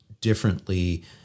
differently